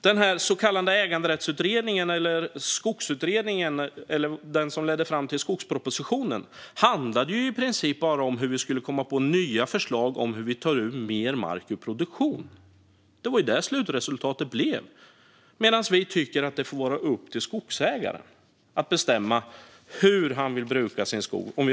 Den så kallade äganderättsutredningen - egentligen Skogsutredningen - som ledde fram till skogspropositionen handlade i princip bara om hur vi skulle komma på nya förslag om hur vi tar mer mark ur produktion. Det var det slutresultatet blev. Vi tycker i stället att det får vara upp till skogsägaren att bestämma hur han vill bruka sin skog.